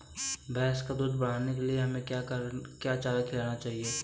भैंस का दूध बढ़ाने के लिए हमें क्या चारा खिलाना चाहिए?